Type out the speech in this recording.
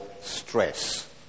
stress